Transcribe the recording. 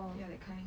ya that kind